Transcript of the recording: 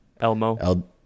Elmo